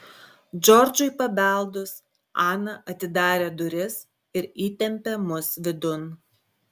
džordžui pabeldus ana atidarė duris ir įtempė mus vidun